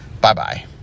Bye-bye